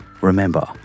remember